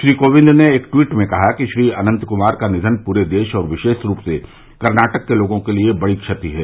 श्री कोविंद ने एक ट्वीट में कहा कि श्री अनंत कुमार का निधन पूरे देश और विशेष रूप से कर्नाटक के लोगों के लिए बड़ी क्षति है